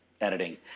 editing